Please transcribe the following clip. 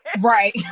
Right